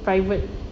private